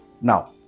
Now